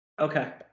Okay